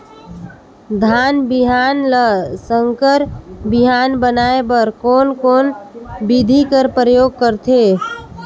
धान बिहान ल संकर बिहान बनाय बर कोन कोन बिधी कर प्रयोग करथे?